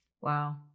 Wow